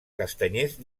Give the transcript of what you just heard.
castanyers